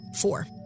Four